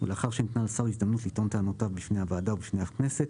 ולאחר שניתנה לשר הזדמנות לטעון טענותיו בפני הוועדה ובפני הכנסת,